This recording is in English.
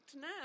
now